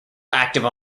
active